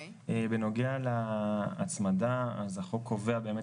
בנוגע להצמדה אז החוק קובע באמת